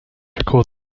record